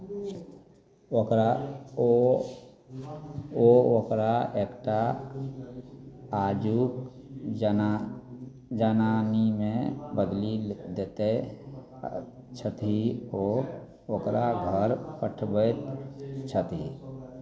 ओकरा ओ ओ ओकरा एकटा आजुक जना जनानीमे बदलि दैत छथि ओ ओकरा घर पठबैत छथि